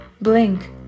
blink